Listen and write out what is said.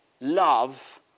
love